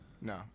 No